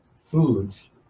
foods